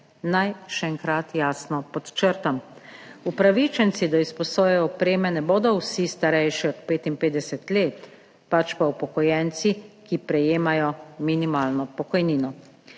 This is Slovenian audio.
Naj še enkrat jasno podčrtam, upravičenci do izposoje opreme ne bodo vsi starejši od 55 let, pač pa upokojenci, ki prejemajo minimalno pokojnino.